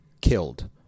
killed